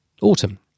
autumn